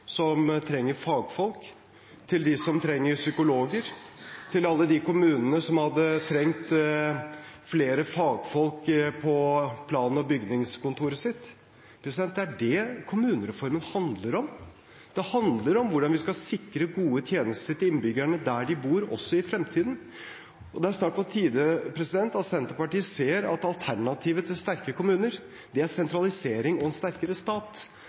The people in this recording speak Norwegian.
som trenger fagfolk, til dem som trenger psykologer, til alle de kommunene som hadde trengt flere fagfolk på plan- og bygningskontoret sitt. Det er det kommunereformen handler om. Det handler om hvordan vi skal sikre gode tjenester til innbyggerne der de bor, også i fremtiden. Det er snart på tide at Senterpartiet ser at alternativet til sterke kommuner er sentralisering og en sterkere stat.